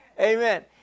Amen